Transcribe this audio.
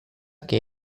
que